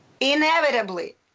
inevitably